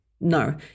No